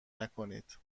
نکنید